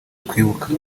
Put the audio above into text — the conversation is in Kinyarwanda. twibuka